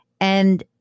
And-